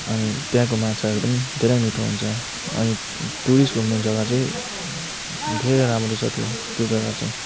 अनि त्यहाँको माछाहरू पनि धेरै मिठो हुन्छ अनि टुरिस्ट घुम्ने जगा चाहिँ धेरै राम्रो छ त्यो त्यो जगा चाहिँ